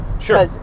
Sure